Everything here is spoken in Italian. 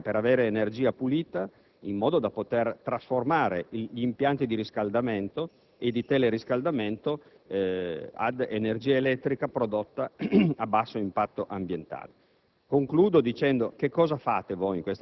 Dovremmo costruire centrali nucleari, per avere energia pulita, in modo da poter trasformare gli impianti di riscaldamento e teleriscaldamento ad energia elettrica prodotta a basso impatto ambientale.